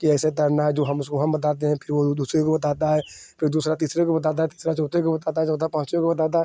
कि ऐसे तैरना है जो हम उसको हम बताते हैं फ़िर वह दूसरे को बताता है फ़िर दूसरा तीसरे को बताता है तीसरा चौथे को बताता है चौथा पाँचवे को बताता है